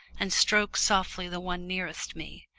and stroked softly the one nearest me.